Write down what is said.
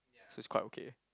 so is quite okay